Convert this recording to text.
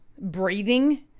breathing